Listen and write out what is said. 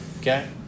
okay